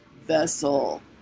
vessel